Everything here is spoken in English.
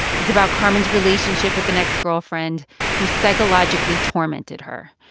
it's about carmen's relationship with an ex-girlfriend who psychologically tormented her.